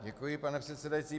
Děkuji, pane předsedající.